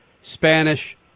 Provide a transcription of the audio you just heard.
Spanish